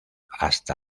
hasta